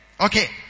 Okay